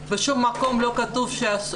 בשום מקום לא כתוב שאסור